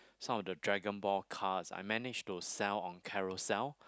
some of the dragon ball cards I manage to sell on Carousell